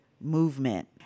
movement